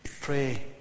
Pray